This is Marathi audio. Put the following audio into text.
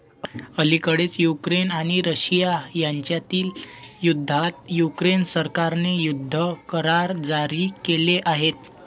अलिकडेच युक्रेन आणि रशिया यांच्यातील युद्धात युक्रेन सरकारने युद्ध करार जारी केले आहेत